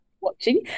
watching